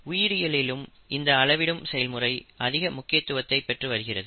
உயிரியலிலும் இந்த அளவிடும் செயல்முறை அதிக முக்கியத்துவத்தை பெற்று வருகிறது